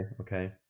okay